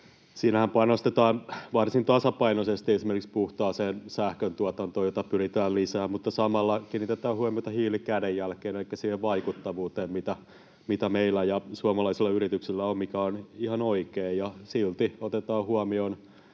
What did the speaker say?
siinähän panostetaan varsin tasapainoisesti esimerkiksi puhtaaseen sähköntuotantoon, jota pyritään lisäämään, mutta samalla kiinnitetään huomiota hiilikädenjälkeen elikkä siihen vaikuttavuuteen, mitä meillä ja suomalaisilla yrityksillä on, mikä on ihan oikein, ja silti otetaan huomioon